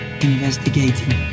investigating